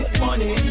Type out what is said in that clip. money